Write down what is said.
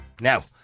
Now